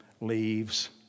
leaves